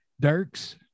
Dirk's